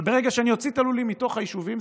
אבל ברגע שאני אוציא את הלולים מתוך היישובים,